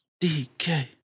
DK